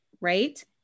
Right